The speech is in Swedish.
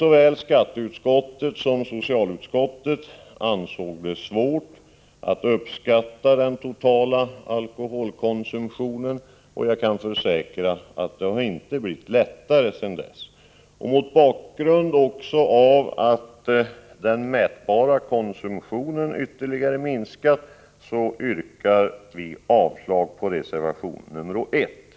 Såväl skatteutskottet som socialutskottet ansåg det svårt att uppskatta den totala alkoholkonsumtionen. Jag kan försäkra att det inte har blivit lättare sedan dess. Mot bakgrund av att den mätbara konsumtionen ytterligare minskat yrkar vi avslag på reservation nr 1.